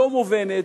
לא מובנת,